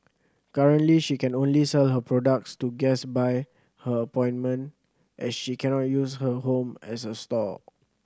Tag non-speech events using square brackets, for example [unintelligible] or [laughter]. currently she can only sell her products to guest by her [unintelligible] as she cannot use her home as a store